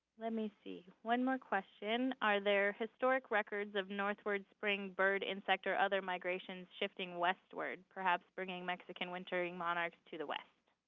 let me see. one more question. are there historic records of northward spring bird, insect, or other migrations shifting westward, perhaps bringing mexican wintering monarchs to the west?